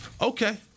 Okay